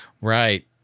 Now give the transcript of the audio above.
right